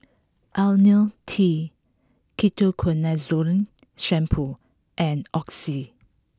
Lonil T Ketoconazole Shampoo and Oxy